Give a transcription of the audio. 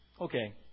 Okay